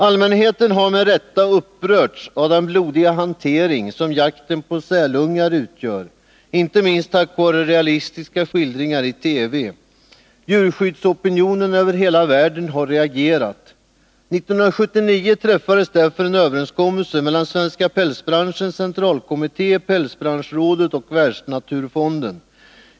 Allmänheten har med rätta upprörts av den blodiga hantering som jakten på sälungar utgör inte minst tack vare realistiska skildringar i TV. Djurskyddsopinionen över hela världen har reagerat. År 1979 träffades därför en överenskommelse mellan Svenska pälsbranschens centralkommitté, Pälsbranschrådet och Världsnaturfonden.